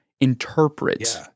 interpret